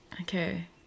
okay